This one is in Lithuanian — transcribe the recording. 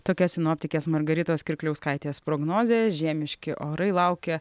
tokia sinoptikės margaritos kirkliauskaitės prognozė žiemiški orai laukia